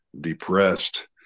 depressed